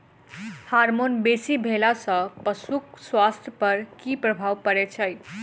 Hormone बेसी भेला सॅ पशुक स्वास्थ्य पर की प्रभाव पड़ैत छै?